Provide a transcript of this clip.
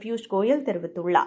பியூ ஸ்கோயல்தெரிவித்துள்ளார்